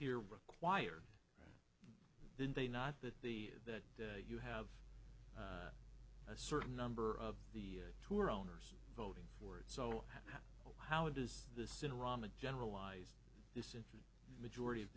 here required didn't they not that the that you have a certain number of the tour owners voting for it so how does the cinerama generalized majority of